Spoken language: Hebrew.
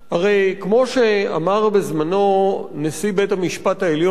הרי כמו שאמר בזמנו נשיא בית-המשפט העליון,